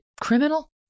criminal